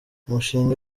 umushinga